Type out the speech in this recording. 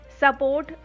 support